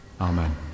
Amen